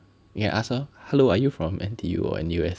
you can ask her hello are you from N_T_U or N_U_S